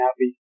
happy